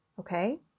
Okay